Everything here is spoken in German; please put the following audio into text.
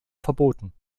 verboten